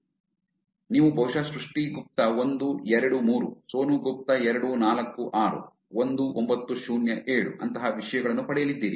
ಆದ್ದರಿಂದ ನೀವು ಬಹುಶಃ ಸೃಷ್ಟಿ ಗುಪ್ತಾ ಒಂದು ಎರಡು ಮೂರು ಸೋನು ಗುಪ್ತಾ ಎರಡು ನಾಲ್ಕು ಆರು ಒಂದು ಒಂಬತ್ತು ಶೂನ್ಯ ಏಳು ಅಂತಹ ವಿಷಯಗಳನ್ನು ಪಡೆಯಲಿದ್ದೀರಿ